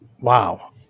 wow